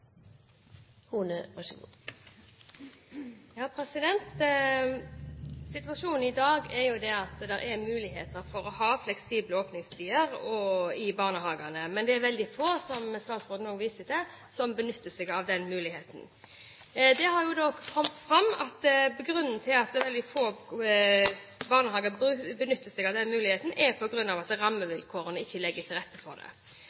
for å ha fleksible åpningstider i barnehagene, men det er veldig få, som statsråden også viste til, som benytter seg av den muligheten. Det har kommet fram at grunnen til at veldig få barnehager benytter seg av den muligheten, er at rammevilkårene ikke legger til rette for det.